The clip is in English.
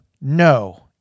No